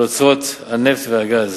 על אוצרות הנפט והגז.